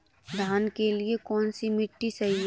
धान के लिए कौन सी मिट्टी सही है?